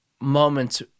moments